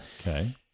Okay